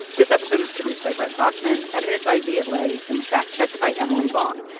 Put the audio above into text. this episode was produced by brent baughman, edited by viet le and fact-checked by emily vaughn.